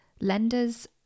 Lenders